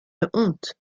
honte